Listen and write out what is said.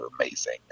amazing